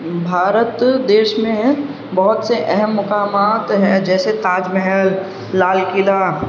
بھارت دیش میں بہت سے اہم مقامات ہیں جیسے تاج محل لال قلعہ